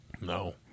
No